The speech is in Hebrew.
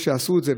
עשו את זה,